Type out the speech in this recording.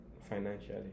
financially